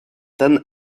ten